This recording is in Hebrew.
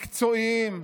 מקצועיים,